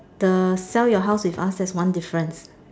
the sell your house is ask as one difference